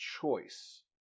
choice